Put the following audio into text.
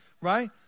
right